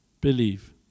believe